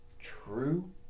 true